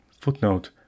Footnote